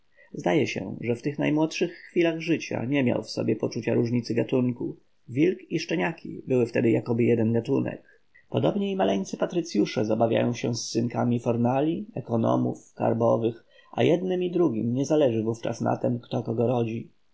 zdaje się że w tych najmłodszych chwilach życia nie miał w sobie poczucia różnicy gatunku wilk i szczeniaki były wtedy jakoby jeden gatunek podobnie i maleńcy patrycyusze zabawiają się z synkami fornali ekonomów karbowych a jednym i drugim nie zależy wówczas na tem kto kogo rodzi